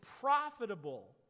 profitable